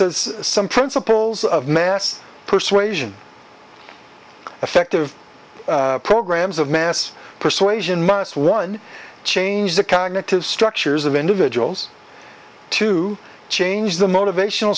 is some principles of mass persuasion effective programs of mass persuasion must one change the cognitive structures of individuals to change the motivational